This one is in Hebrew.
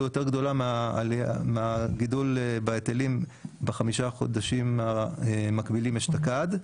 יותר גדולה מהגידול בהיטלים בחמשת החודשים המקבילים אשתקד,